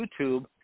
YouTube